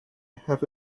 have